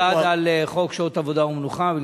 שמופקד על חוק שעות עבודה ומנוחה.